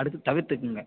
அடுத்து தவிர்த்துக்கோங்க